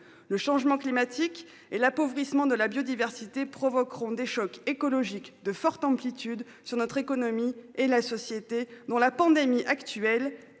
Le changement climatique et l'appauvrissement de la biodiversité provoqueront des chocs écologiques de forte amplitude sur notre économie et la société dont la pandémie actuelle